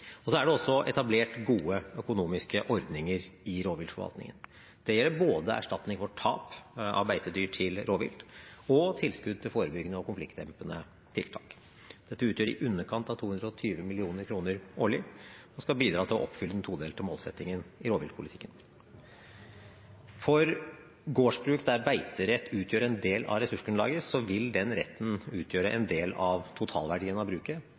Så er det også etablert gode økonomiske ordninger i rovviltforvaltningen. Det gjelder både erstatning for tap av beitedyr til rovvilt og tilskudd til forebyggende og konfliktdempende tiltak. Dette utgjør i underkant av 220 mill. kr årlig og skal bidra til å oppfylle den todelte målsettingen i rovviltpolitikken. For gårdsbruk der beiterett utgjør en del av ressursgrunnlaget, vil den retten utgjøre en del av totalverdien av bruket,